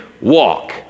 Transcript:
walk